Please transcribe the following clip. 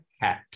hat